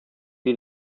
die